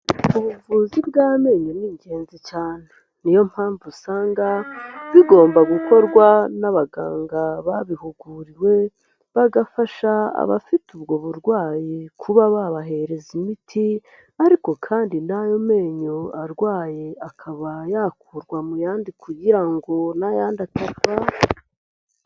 Ubuvuzi bw'amenyo ni ingenzi cyane niyo mpamvu usanga bigomba gukorwa n'abaganga babihuguriwe bagafasha abafite ubwo burwayi kuba babahereza imiti ariko kandi n'ayo menyo arwaye akaba yakurwa muyandi kugira ngo n'ayandi atarwara.